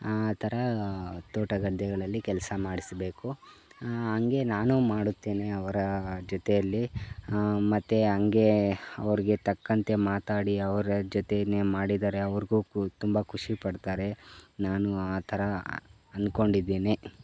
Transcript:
ಆ ಥರ ತೋಟ ಗದ್ದೆಗಳಲ್ಲಿ ಕೆಲಸ ಮಾಡಿಸಬೇಕು ಹಂಗೆ ನಾನು ಮಾಡುತ್ತೇನೆ ಅವರ ಜೊತೆಯಲ್ಲಿ ಮತ್ತು ಹಂಗೆ ಅವರಿಗೆ ತಕ್ಕಂತೆ ಮಾತಾಡಿ ಅವರ ಜೊತೆನೇ ಮಾಡಿದರೆ ಅವರಿಗೂ ಕು ತುಂಬ ಖುಷಿಪಡ್ತಾರೆ ನಾನು ಆ ಥರ ಅನ್ಕೊಂಡಿದೇನೆ